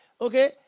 Okay